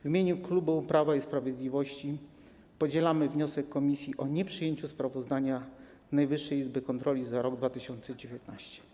Jako klub Prawa i Sprawiedliwości podzielamy wniosek komisji o nieprzyjęciu sprawozdania Najwyższej Izby Kontroli za rok 2019.